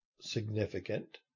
significant